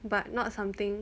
but not something